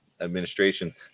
administration